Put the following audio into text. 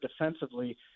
defensively